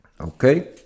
Okay